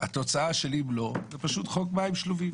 או שיהיה חוק המים השלובים.